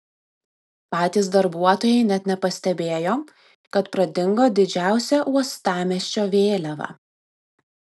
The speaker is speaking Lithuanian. patys darbuotojai net nepastebėjo kad pradingo didžiausia uostamiesčio vėliava